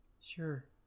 Sure